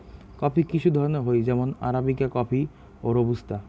coffee কিসু ধরণের হই যেমন আরাবিকা কফি, রোবুস্তা